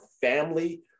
family